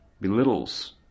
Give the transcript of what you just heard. belittles